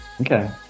Okay